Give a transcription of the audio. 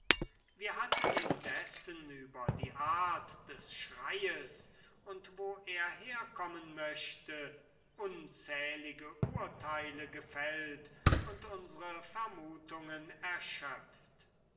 wir hatten indessen über die art des schreies und wo er herkommen möchte unzählige urteile gefällt und unsre vermutungen erschöpft